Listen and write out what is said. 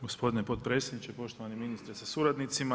Gospodine potpredsjedniče, poštovani ministre sa suradnicima.